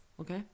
Okay